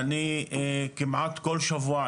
אני כמעט כל שבוע,